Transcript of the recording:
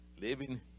living